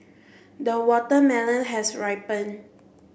the watermelon has ripened